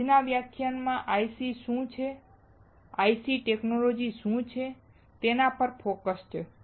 આજના વ્યાખ્યાનમાં IC શું છે અને IC ટેક્નૉલોજિ શું છે તેના પર ફોકસ છે